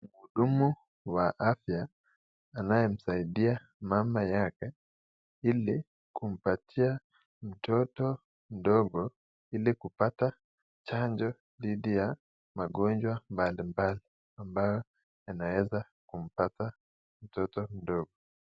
Mhudumu wa afya anayemsaidia mama yake ili kumpatia mtoto mdogo ili kupata chanjo dhidi ya magonjwa mbalimbali ambao yanaeza kumpata mtoto mdogo.